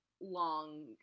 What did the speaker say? long